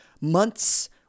months